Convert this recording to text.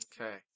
Okay